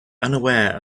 unaware